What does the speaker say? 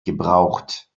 gebraucht